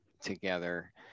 together